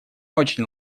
очень